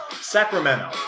Sacramento